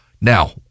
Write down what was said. Now